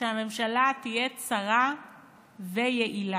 שהממשלה תהיה צרה ויעילה.